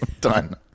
Done